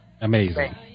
amazing